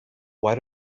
why